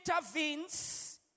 intervenes